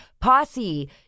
posse